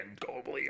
globally